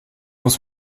muss